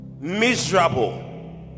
miserable